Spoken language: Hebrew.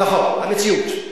נכון, המציאות.